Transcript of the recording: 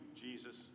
Jesus